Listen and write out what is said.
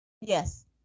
Yes